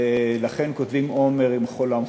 ולכן כותבים עמר עם חולם חסר.